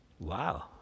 Wow